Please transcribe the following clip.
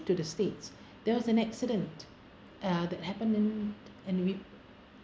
to the states there was an accident uh that happened in and we